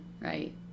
right